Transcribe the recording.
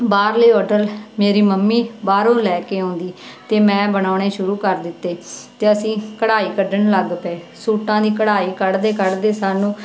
ਬਾਹਰਲੇ ਓਰਡਰ ਮੇਰੀ ਮੰਮੀ ਬਾਹਰੋਂ ਲੈ ਕੇ ਆਉਂਦੀ ਅਤੇ ਮੈਂ ਬਣਾਉਣੇ ਸ਼ੁਰੂ ਕਰ ਦਿੱਤੇ ਅਤੇ ਅਸੀਂ ਕਢਾਈ ਕੱਢਣ ਲੱਗ ਪਏ ਸੂਟਾਂ ਦੀ ਕਢਾਈ ਕੱਢਦੇ ਕੱਢਦੇ ਸਾਨੂੰ